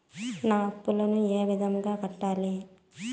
నా అప్పులను ఏ విధంగా కట్టాలి?